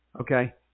okay